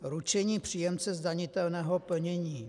Ručení příjemce zdanitelného plnění.